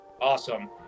Awesome